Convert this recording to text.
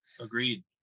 Agreed